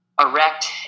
erect